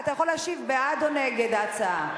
אתה יכול להשיב בעד או נגד ההצעה.